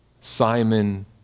Simon